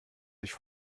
sich